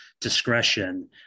discretion